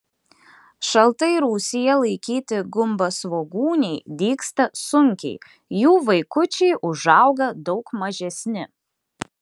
šaltai rūsyje laikyti gumbasvogūniai dygsta sunkiai jų vaikučiai užauga daug mažesni